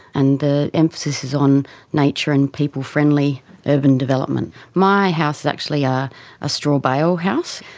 and the emphasis is on nature and people-friendly urban development. my house is actually a a straw bale house,